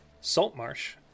Saltmarsh